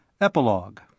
Epilogue